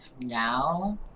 now